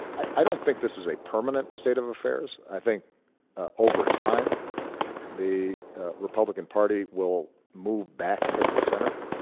i i don't think this is a permanent state of affairs i think over time the republican party will move back to the center,